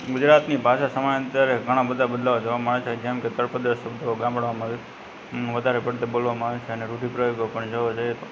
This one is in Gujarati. ગુજરાતની ભાષા સમયાંતરે ઘણા બધા બદલાવ જોવા મળે છે જેમકે તળપદાં શબ્દો ગામડાઓમાં વધારે પડતા બોલવામાં આવે છે અને રુઢિપ્રયોગો પણ જોવા જઇએ તો